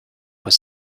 was